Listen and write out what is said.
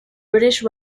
british